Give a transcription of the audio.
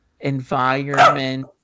environment